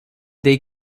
ଦେଇ